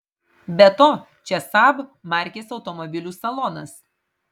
be to čia saab markės automobilių salonas